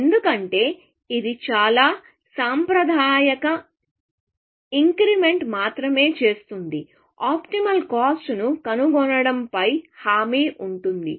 ఎందుకంటే ఇది చాలా సాంప్రదాయిక ఇంక్రిమెంట్ మాత్రమే చేస్తుంది ఆప్టిమల్ కాస్ట్ ను కనుగొనడం పై హామీ ఉంటుంది